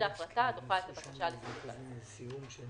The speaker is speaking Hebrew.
ההחלטה הדוחה את הבקשה לסילוק על הסף.